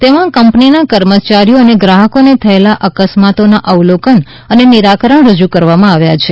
તેમાં કંપનીના કર્મચારીઓ અને ગ્રાહકોને થયેલા અકસ્માતના અવલોકન અને નિરાકણ રજુ કરવામાં આવ્યા છે